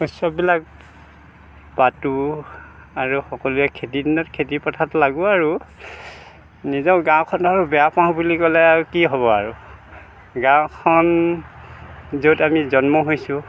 উৎসৱবিলাক পাতোঁ আৰু সকলোৱে খেতিৰ দিনত খেতি পথাৰত লাগো আৰু নিজৰ গাঁওখন বেয়া পাওঁ বুলি ক'লে আৰু কি হ'ব আৰু গাঁওখন য'ত আমি জন্ম হৈছোঁ